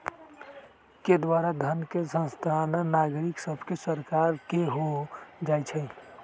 के द्वारा धन के स्थानांतरण नागरिक सभसे सरकार के हो जाइ छइ